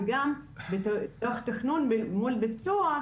וגם תוך תכנון מול ביצוע,